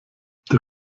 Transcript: der